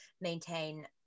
maintain